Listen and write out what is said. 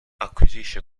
acquisisce